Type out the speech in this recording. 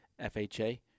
FHA